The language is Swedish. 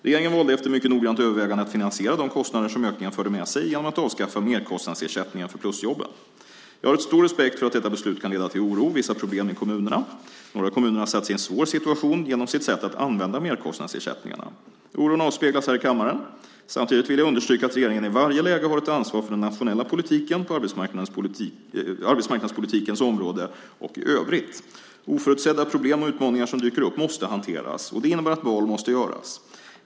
Regeringen valde efter mycket noggrant övervägande att finansiera de kostnader som ökningen förde med sig genom att avskaffa merkostnadsersättningen för plusjobben. Jag har stor respekt för att detta beslut kan leda till oro och vissa problem i kommunerna. Några kommuner har satt sig i en svår situation genom sitt sätt att använda merkostnadsersättningarna. Oron avspeglas här i kammaren. Samtidigt vill jag understryka att regeringen i varje läge har ett ansvar för den nationella politiken, på arbetsmarknadspolitikens område och i övrigt. Oförutsedda problem och utmaningar som dyker upp måste hanteras. Och det innebär att val måste göras.